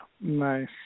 Nice